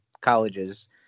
colleges